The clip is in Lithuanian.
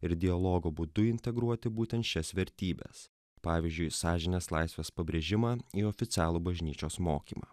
ir dialogo būdu integruoti būtent šias vertybes pavyzdžiui sąžinės laisvės pabrėžimą į oficialų bažnyčios mokymą